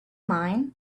mine